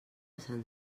sant